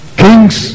kings